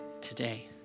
today